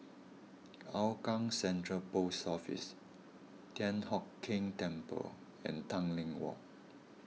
Hougang Central Post Office Thian Hock Keng Temple and Tanglin Walk